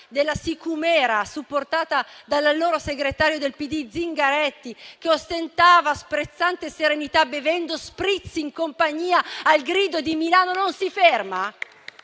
della sicumera, supportata dall'allora segretario del PD Zingaretti, che ostentava sprezzante serenità bevendo spritz in compagnia, al grido di "Milano non si ferma"?